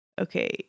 okay